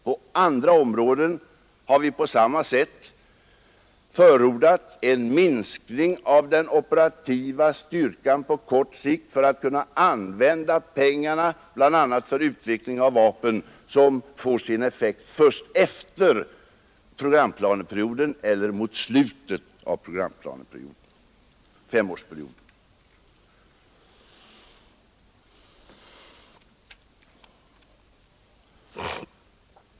På andra områden har vi på samma sätt förordat en minskning av den operativa styrkan på kort sikt för att kunna använda pengarna bl.a. för utveckling av vapen som får sin effekt först efter programplaneperioden eller mot slutet av femårsperioden.